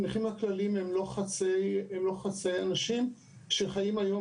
הנכים הכלליים הם לא חצאי אנשים והם חיים היום